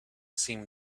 seemed